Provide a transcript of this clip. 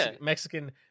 Mexican